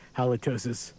Halitosis